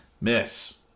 Miss